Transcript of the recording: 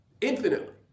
Infinitely